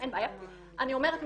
אין בעיה, אני אומרת,